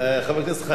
חבר הכנסת חנין,